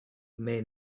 may